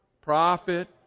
prophet